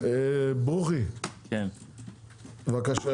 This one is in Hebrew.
ברוכי, בבקשה.